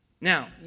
Now